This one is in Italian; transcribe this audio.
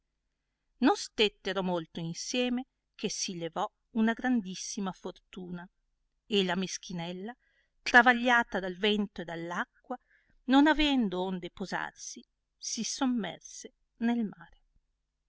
non stettero molto insieme che si levò una grandissima fortuna e la meschinella travagliata dal vento e dall'acqua non avendo onde posarsi si sommerse nel mare